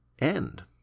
end